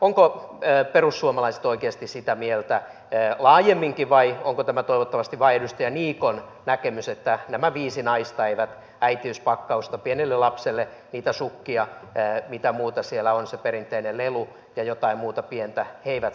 onko perussuomalaiset oikeasti sitä mieltä laajemminkin vai onko tämä toivottavasti vain edustaja niikon näkemys että nämä viisi naista eivät äitiyspakkausta pienelle lapselle sukkia ja mitä muuta siellä on se perinteinen lelu ja jotain muuta pientä ansaitse